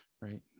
right